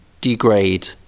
degrade